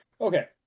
Okay